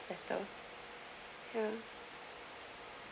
better ya